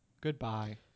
Goodbye